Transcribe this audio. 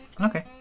Okay